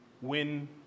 win